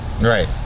right